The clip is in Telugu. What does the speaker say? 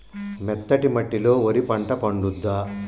మెత్తటి మట్టిలో వరి పంట పండుద్దా?